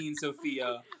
Sophia